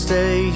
Stay